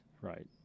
Right